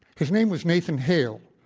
his name was nathan hale,